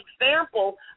example